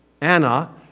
Anna